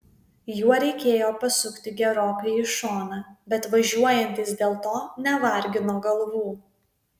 juo reikėjo pasukti gerokai į šoną bet važiuojantys dėl to nevargino galvų